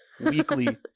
weekly